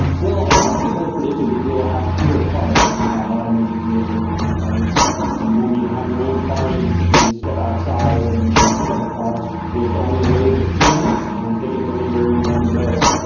well, a lot of people have predicted that we will have fewer cars if we have automated vehicles because ah you won't need to have your own car, you can simply step outside and and pick up a car with only a wait of a few minutes and take it to anywhere you want to go.